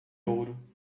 ouro